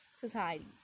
society